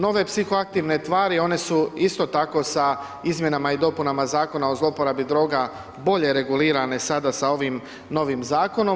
Nove psihoaktivne tvari, one su isto tako sa Izmjenama i dopunama Zakona o zlouporabi droga bolje regulirane sada sa ovim novim zakonom.